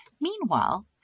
Meanwhile